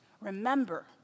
Remember